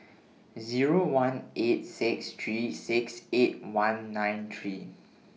Zero one eight six three six eight one nine three